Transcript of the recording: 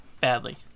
Badly